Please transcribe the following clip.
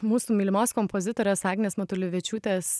mūsų mylimos kompozitorės agnės matulevičiūtės